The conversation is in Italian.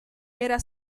era